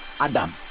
Adam